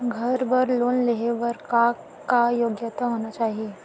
घर बर लोन लेहे बर का का योग्यता होना चाही?